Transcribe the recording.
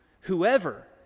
Whoever